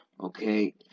okay